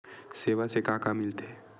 सेवा से का का मिलथे?